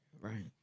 Right